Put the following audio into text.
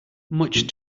much